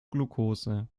glukose